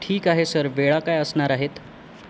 ठीक आहे सर वेळा काय असणार आहेत